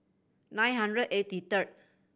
nine hundred eighty third